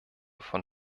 von